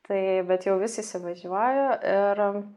tai bet jau vis įsivažiuoju ir